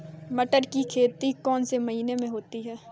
मटर की खेती कौन से महीने में होती है?